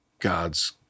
God's